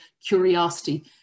curiosity